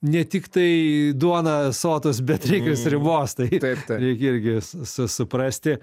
ne tiktai duona sotus bet reik ir sriubos tai reik irgi su suprasti